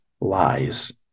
lies